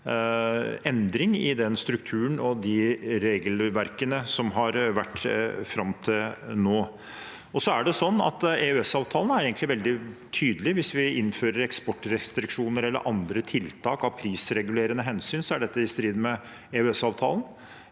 endring i den strukturen og de regelverkene som har vært fram til nå. EØS-avtalen er egentlig veldig tydelig: Hvis vi innfører eksportrestriksjoner eller andre tiltak av prisregulerende hensyn, er det i strid med EØS-avtalen.